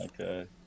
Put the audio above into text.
Okay